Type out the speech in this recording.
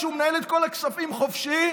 שהוא מנהל את כל הכספים חופשי.